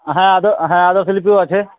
হ্যাঁ আধো হ্যাঁ আদর্শ লিপিও আছে